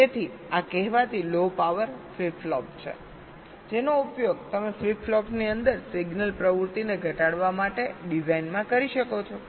તેથી આ કહેવાતી લો પાવર ફ્લિપ ફ્લોપ છે જેનો ઉપયોગ તમે ફ્લિપ ફ્લોપ્સની અંદર સિગ્નલ એક્ટિવિટી ને ઘટાડવા માટે ડિઝાઇનમાં કરી શકો છો